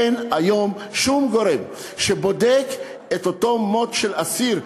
אין היום שום גורם שבודק את אותו מוות של אסיר.